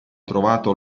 trovato